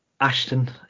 Ashton